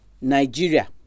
Nigeria